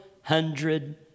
hundred